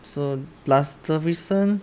so plus the recent